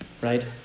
right